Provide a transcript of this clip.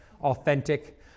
Authentic